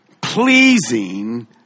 pleasing